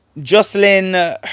Jocelyn